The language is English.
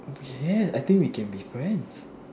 yes I think we can be friends